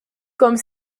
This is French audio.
comme